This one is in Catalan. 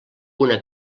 una